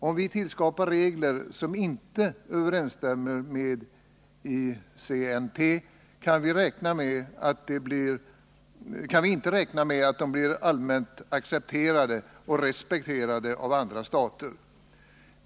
Om vi tillskapar regler som inte överensstämmer med ICNT, kan vi inte räkna med att de blir allmänt accepterade och respekterade av andra stater.